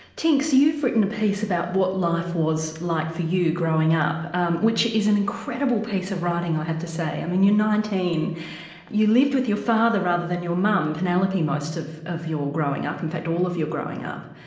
tynx, you've written a piece of about what life was like for you growing up um which is an incredible piece of writing i have to say. i mean you're nineteen you lived with your father rather than your mum penelope most of of your growing up, in fact all of your growing up.